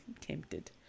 tempted